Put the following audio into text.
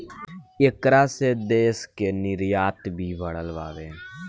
ऐकरा से देश के निर्यात भी बढ़ल बावे